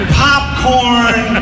popcorn